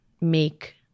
make